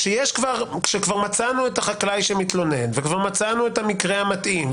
כשכבר מצאנו את החקלאי שמתלונן וכבר מצאנו את המקרה המתאים,